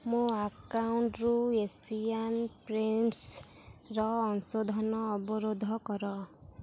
ମୋ ଆକାଉଣ୍ଟ୍ରୁ ଏସିଆନ୍ ପେଣ୍ଟ୍ସ୍ର ଅଂଶ ଧନ ଅବରୋଧ କର